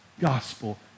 gospel